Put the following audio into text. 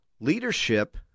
leadership